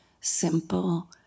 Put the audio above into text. Simple